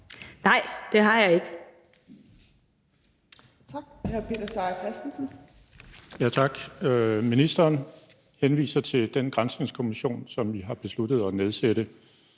Nej, det gør vi ikke.